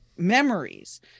Memories